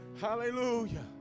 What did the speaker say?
Hallelujah